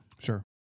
Sure